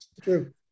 True